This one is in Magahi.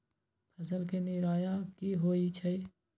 फसल के निराया की होइ छई?